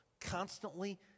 constantly